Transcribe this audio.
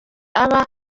aba